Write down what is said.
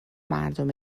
مردم